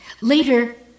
Later